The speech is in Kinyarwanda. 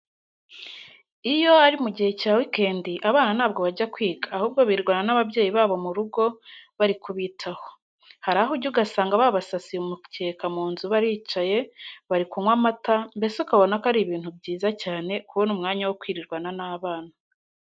Iyo ari mu gihe cya weekend abana ntabwo bajya kwiga ahubwo birirwana n'ababyeyi babo mu rugo bari kubitaho. Hari aho ujya ugasanga babasasiye umukeka mu nzu baricaye, bari kunywa amata, mbese ukabona ko ari ibintu byiza cyane kubona umwanya wo kwirirwana n'abana.